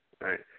right